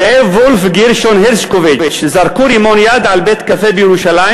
זאב וולף וגרשון הרשקוביץ זרקו על בית-קפה בירושלים